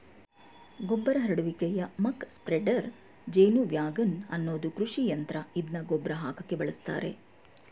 ಗೊಬ್ಬರ ಹರಡುವಿಕೆಯ muck spreader ಜೇನುವ್ಯಾಗನ್ ಅನ್ನೋದು ಕೃಷಿಯಂತ್ರ ಇದ್ನ ಗೊಬ್ರ ಹಾಕಕೆ ಬಳುಸ್ತರೆ